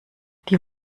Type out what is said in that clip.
die